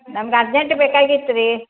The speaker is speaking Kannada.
ನಂಗೆ ಅರ್ಜೆಂಟ್ ಬೇಕಾಗಿತ್ತು ರೀ